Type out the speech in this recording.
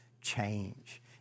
change